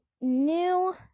new